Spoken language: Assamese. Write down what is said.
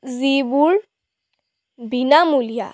যিবোৰ বিনামূলীয়া